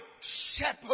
shepherd